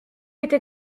était